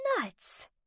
Nuts